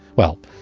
well,